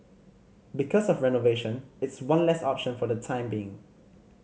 because of renovation it's one less option for the time being